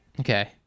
Okay